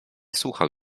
słuchał